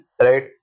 right